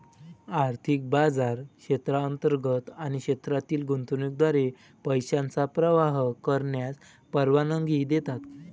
आर्थिक बाजार क्षेत्रांतर्गत आणि क्षेत्रातील गुंतवणुकीद्वारे पैशांचा प्रवाह करण्यास परवानगी देतात